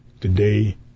today